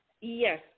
Yes